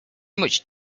much